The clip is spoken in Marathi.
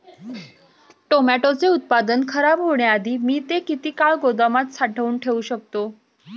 टोमॅटोचे उत्पादन खराब होण्याआधी मी ते किती काळ गोदामात साठवून ठेऊ शकतो?